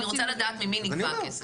אני רוצה לדעת ממי נגבה הכסף.